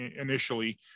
initially